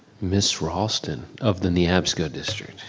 ms. raulston of the neabsco district.